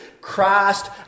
Christ